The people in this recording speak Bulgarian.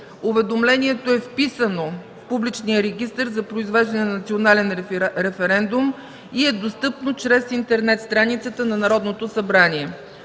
уведомлението е вписано в публичния регистър за произвеждане на национален референдум и е достъпно чрез интернет страницата на Народното събрание.